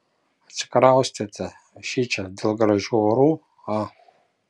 atsikraustėte šičia dėl gražių orų a